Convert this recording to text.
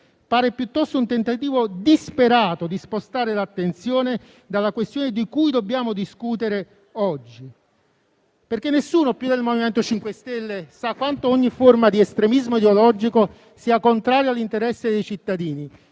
pare piuttosto un tentativo disperato di spostare l'attenzione dalla questione di cui dobbiamo discutere oggi. Nessuno più del MoVimento 5 Stelle sa quanto ogni forma di estremismo ideologico sia contrario all'interesse dei cittadini,